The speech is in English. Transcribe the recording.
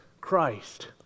Christ